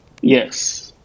yes